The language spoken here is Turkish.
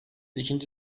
ikinci